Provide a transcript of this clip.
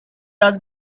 does